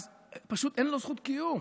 אז פשוט אין לו זכות קיום.